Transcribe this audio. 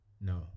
No